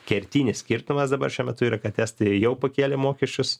kertinis skirtumas dabar šiuo metu yra kad estai jau pakėlė mokesčius